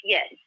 Yes